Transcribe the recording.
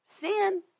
Sin